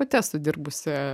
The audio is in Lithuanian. pati esu dirbusi